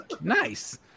Nice